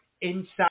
inside